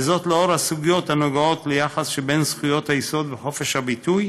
וזאת לאור סוגיות הנוגעות ליחס שבין זכויות היסוד וחופש הביטוי